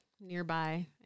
nearby